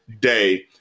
day